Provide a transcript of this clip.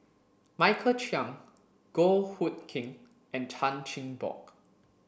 Michael Chiang Goh Hood Keng and Chan Chin Bock